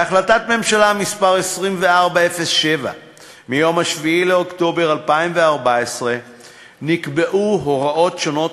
בהחלטת ממשלה מס' 2407 מיום 7 באוקטובר 2014 נקבעו הוראות שונות